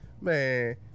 Man